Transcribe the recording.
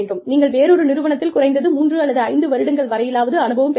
நீங்கள் வேறொரு நிறுவனத்தில் குறைந்தது 3 முதல் 5 வருடங்கள் வரையிலாவது அனுபவம் பெற வேண்டும்